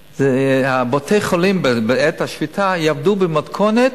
שבתי-החולים בעת השביתה יעבדו במתכונת,